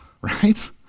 right